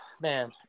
man